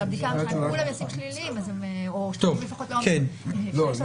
אם יוצאים שליליים או שליליים לפחות לאומיקרון.